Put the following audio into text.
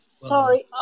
Sorry